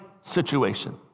situation